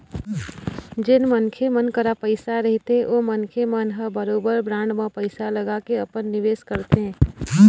जेन मनखे मन करा पइसा रहिथे ओ मनखे मन ह बरोबर बांड म पइसा लगाके अपन निवेस करथे